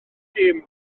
dim